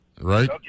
right